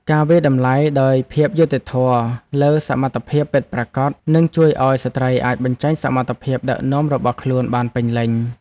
ការវាយតម្លៃដោយភាពយុត្តិធម៌លើសមត្ថភាពពិតប្រាកដនឹងជួយឱ្យស្ត្រីអាចបញ្ចេញសមត្ថភាពដឹកនាំរបស់ខ្លួនបានពេញលេញ។